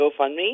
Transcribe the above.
GoFundMe